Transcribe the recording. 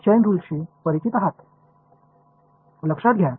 இந்த chain rule பற்றி உங்கள் அனைவருக்கும் தெரிந்திருக்கும் என நம்புகின்றேன்